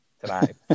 tonight